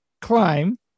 climb